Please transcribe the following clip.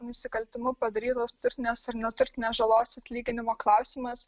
nusikaltimu padarytos turtinės ar neturtinės žalos atlyginimo klausimas